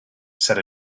said